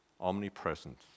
omnipresent